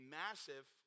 massive